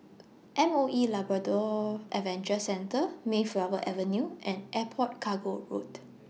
M O E Labrador Adventure Centre Mayflower Avenue and Airport Cargo Road